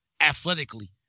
athletically